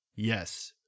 Yes